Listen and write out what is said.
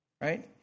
right